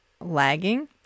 lagging